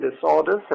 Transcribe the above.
disorders